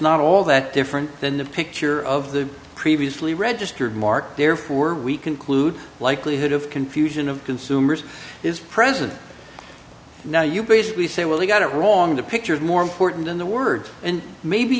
not all that different than the picture of the previously registered mark therefore we conclude likelihood of confusion of consumers is present now you basically say well they got it wrong the picture is more important than the words and maybe